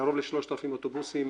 קרוב ל-3,000 אוטובוסים.